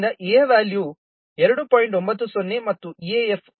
ಆದ್ದರಿಂದ a ಯ ವ್ಯಾಲ್ಯೂವು 2